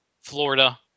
Florida